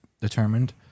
determined